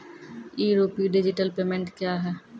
ई rupee digital payment क्या हैं?